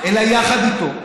אלא יחד איתו,